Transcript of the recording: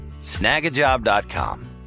snagajob.com